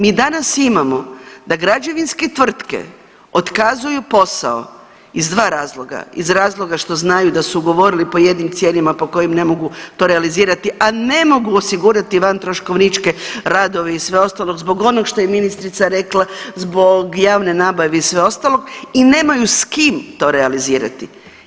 Mi danas imamo da građevinske tvrtke otkazuju posao iz dva razloga, iz razloga što znaju da su ugovorili po jednim cijenama po kojima ne mogu to realizirati, a ne mogu osigurati vantroškovničke radove i sve ostalo zbog onog što je ministrica rekla, zbog javne nabave i sve ostalog i nemaju s kim to realizirati.